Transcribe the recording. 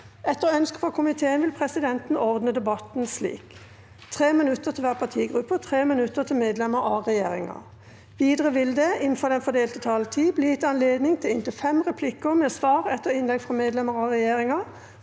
forsvarskomiteen vil presidenten ordne debatten slik: 3 minutter til hver partigruppe og 3 minutter til medlemmer av regjeringen. Videre vil det – innenfor den fordelte taletid – bli gitt anledning til inntil sju replikker med svar etter innlegg fra medlemmer av regjeringen,